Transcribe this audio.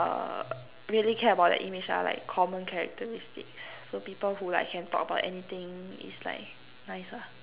uh really care about their image are like common characteristics so people who like can talk about anything is like nice ah